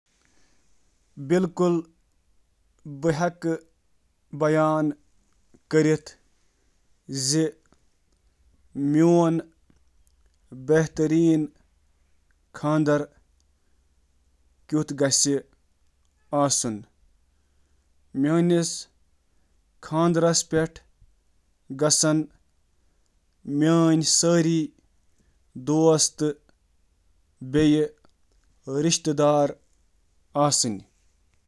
میون مثٲلی خانٛدر آسہِ أکِس خوٗبصوٗرت نیبرِمِس ترتیبس منٛز اکھ لۄکُٹ، نزدیکی اجتماع، یتھ کٔنۍ زَن اکھ سرسبز باغ یا اکھ قۄدرٔتی پہاڑ، یتھ منٛز صرف قریبی عیال تہٕ دوست موجود ٲسۍ۔